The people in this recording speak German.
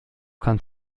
kann